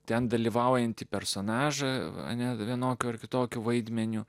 ten dalyvaujantį personažą vanią vienokiu ar kitokiu vaidmeniu